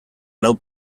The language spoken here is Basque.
lau